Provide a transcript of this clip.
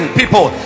people